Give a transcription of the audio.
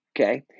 Okay